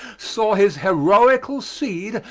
saw his heroicall seed,